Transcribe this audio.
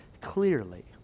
clearly